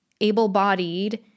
able-bodied